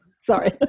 Sorry